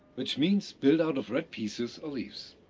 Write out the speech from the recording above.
which means, build out of red pieces or leaves.